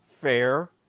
Fair